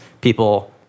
people